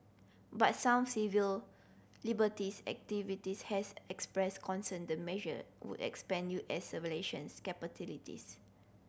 but some civil liberties activist has expressed concern the measure would expand U S capabilities